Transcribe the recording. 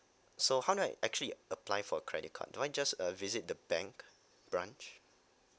so how do I actually apply for credit card do I just uh visit the bank branch